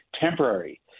temporary